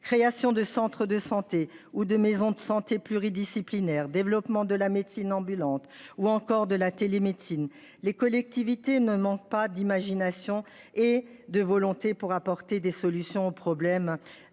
création de centres de santé ou des maisons de santé pluridisciplinaires, développement de la médecine ambulante ou encore de la télémédecine, les collectivités ne manquent pas d'imagination et de volonté pour apporter des solutions au problème,